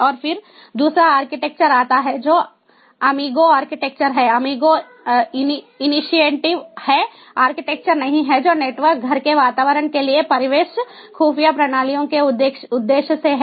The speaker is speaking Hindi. और फिर दूसरा आर्किटेक्चर आता है जो अमीगो आर्किटेक्चर है अमीगो इनीशिएटिव है आर्किटेक्चर नहीं है जो नेटवर्क घर के वातावरण के लिए परिवेश खुफिया प्रणालियों के उद्देश्य से है